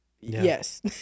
yes